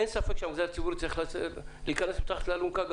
אין ספק שגם מגזר זה צריך להיכנס אל מתחת לאלונקה.